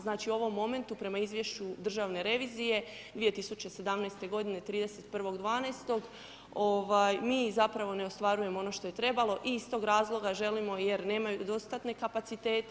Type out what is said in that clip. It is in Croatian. Znači u ovom momentu prema izvješću državne revizije 2017. godine 31.12. mi zapravo ne ostvarujemo ono što je trebalo i iz toga razloga želimo jer nemamo dostatne kapacitete.